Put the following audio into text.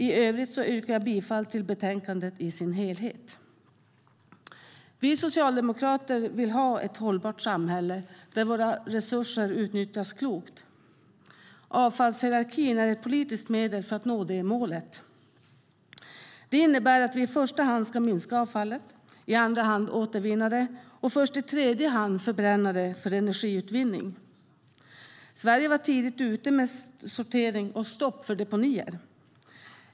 I övrigt yrkar jag bifall till förslaget i betänkandet i dess helhet. Vi socialdemokrater vill ha ett hållbart samhälle där våra resurser utnyttjas klokt. Avfallshierarkin är ett politiskt medel för att nå det målet. Den innebär att vi i första hand ska minska avfallet, i andra hand återvinna det och först i tredje hand förbränna det för energiutvinning. Sverige var tidigt ute med sortering och stopp för deponier.